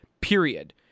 period